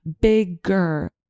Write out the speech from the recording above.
bigger